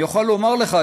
אני יכול לומר לך,